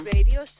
Radio